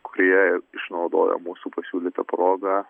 kurie išnaudojo mūsų pasiūlytą progą